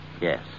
Yes